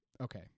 okay